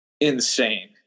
Insane